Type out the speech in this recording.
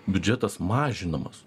biudžetas mažinamas